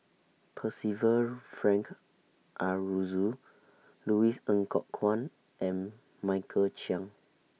Percival Frank Aroozoo Louis Ng Kok Kwang and Michael Chiang